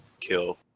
kill